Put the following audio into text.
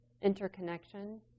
interconnection